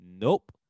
Nope